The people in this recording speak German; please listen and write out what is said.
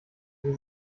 sie